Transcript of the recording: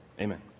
Amen